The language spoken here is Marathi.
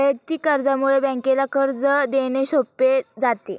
वैयक्तिक कर्जामुळे बँकेला कर्ज देणे सोपे जाते